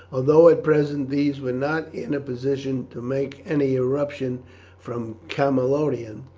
although at present these were not in a position to make any eruption from camalodunum,